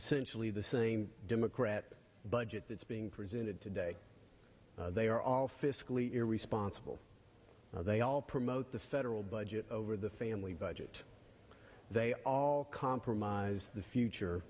essentially the same democrat budget that's being presented today they are all fiscally responsible they all promote the federal budget over the family budget they all compromise the future